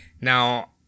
Now